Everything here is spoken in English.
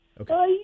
okay